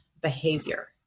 behavior